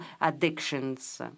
addictions